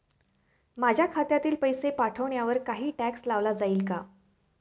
माझ्या खात्यातील पैसे पाठवण्यावर काही टॅक्स लावला जाईल का?